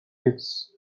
hits